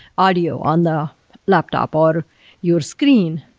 audio on the laptop or your screen?